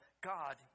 God